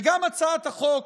וגם הצעת החוק